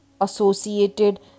associated